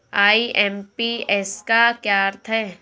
IMPS का क्या अर्थ है?